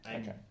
Okay